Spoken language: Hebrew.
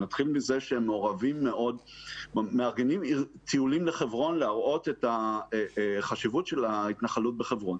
הם מארגנים טיולים לחברון להראות את החשיבות של ההתנחלות בחברון.